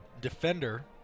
defender